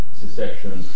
secession